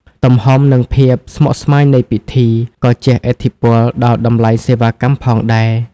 ទំហំ និងភាពស្មុគស្មាញនៃពិធី ក៏ជះឥទ្ធិពលដល់តម្លៃសេវាកម្មផងដែរ។